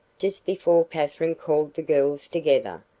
just before katherine called the girls together,